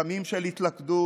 ימים של התלכדות,